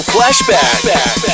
Flashback